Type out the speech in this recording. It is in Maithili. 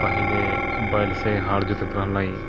पहिले बैलसँ हर जोतैत रहलै